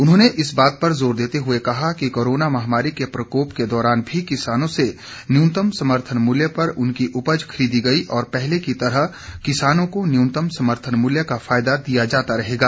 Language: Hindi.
उन्होंने इस बात पर जोर देते हुए कहा कि कोरोना महामारी के प्रकोप के दौरान भी किसानों से न्यूनतम समर्थन मूल्य पर उनकी उपज खरीदी गई और पहले की तरह किसानों को न्यूनतम समर्थन मूल्य का फायदा दिया जाता रहेगा